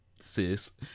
Sis